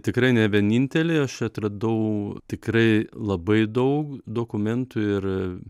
tikrai ne vieninteliai aš atradau tikrai labai daug dokumentų ir